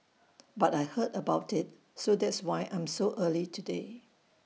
but I heard about IT so that's why I'm so early today